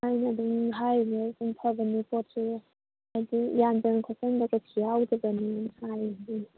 ꯍꯥꯏꯅ ꯑꯗꯨꯝ ꯍꯥꯏꯔꯤꯅꯦ ꯑꯗꯨꯝ ꯐꯕꯅꯦ ꯈꯣꯠꯄꯅꯦ ꯍꯥꯏꯗꯤ ꯌꯥꯟꯁꯤꯟ ꯈꯣꯠꯆꯤꯟꯕ ꯀꯩꯁꯨ ꯌꯥꯎꯗꯕꯅꯤ ꯍꯥꯏꯗꯤ